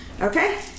Okay